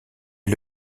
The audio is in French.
est